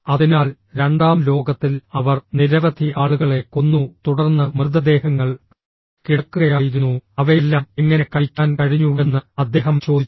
അതിനാൽ രണ്ടാം ലോകത്തിൽ അവർ നിരവധി ആളുകളെ കൊന്നു തുടർന്ന് മൃതദേഹങ്ങൾ കിടക്കുകയായിരുന്നു അവയെല്ലാം എങ്ങനെ കഴിക്കാൻ കഴിഞ്ഞുവെന്ന് അദ്ദേഹം ചോദിച്ചു